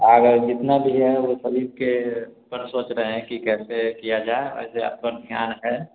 आ गए जितना लिए हैं वह सभी के ऊपर सोच रहे कि कैसे किया जाए आप पर ध्यान है